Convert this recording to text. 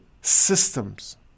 systems